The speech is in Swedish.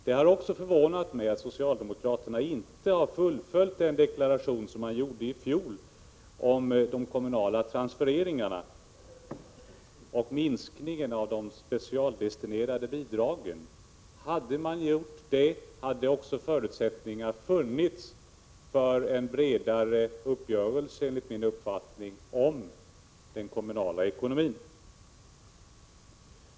Det har också förvånat mig att socialdemokraterna inte har fullföljt den deklaration de framförde i fjol om de kommunala transfereringarna och minskningen av de specialdestinerade bidragen. Om socialdemokraterna hade fullföljt deklarationen hade det, enligt min mening, funnits förutsättningar för en bredare uppgörelse om den kommunala ekonomin.